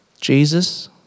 Jesus